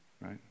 Right